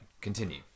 continue